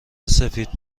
سفید